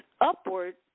upward